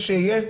שיהיה?